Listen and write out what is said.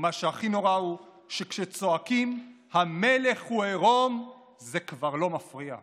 ומה שהכי נורא הוא שכשצועקים "המלך הוא עירום" זה כבר לא מפריע.